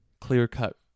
clear-cut